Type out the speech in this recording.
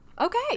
Okay